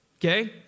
Okay